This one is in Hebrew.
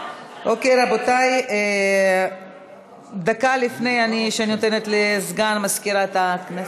רבותי, דקה לפני שאני נותנת לסגן מזכירת הכנסת,